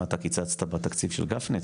מה אתה קיצצת בתקציב של גפני?